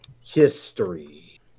history